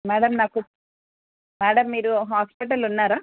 madam నాకు madam మీరు హాస్పిటల్లో ఉన్నారా